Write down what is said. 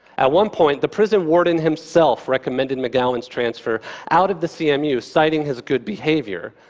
at one point, the prison warden himself recommended mcgowan's transfer out of the cmu citing his good behavior,